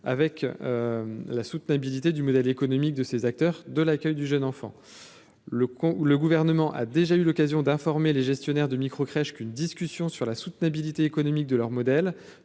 avec la soutenabilité du modèle économique de ces acteurs de l'accueil du jeune enfant le con où le gouvernement a déjà eu l'occasion d'informer les gestionnaires de micro-crèche qu'une discussion sur la soutenabilité économique de leur modèle